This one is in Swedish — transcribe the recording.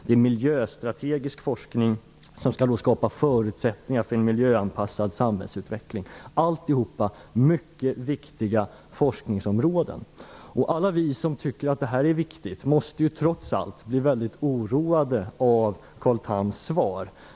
Det gäller miljöstrategisk forskning som skall skapa förutsättningar för en miljöanpassad samhällsutveckling. Det rör sig om mycket viktiga forskningsområden. Alla som tycker att det här viktigt måste trots allt bli mycket oroade av Carl Thams svar.